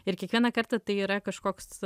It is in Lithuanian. ir kiekvieną kartą tai yra kažkoks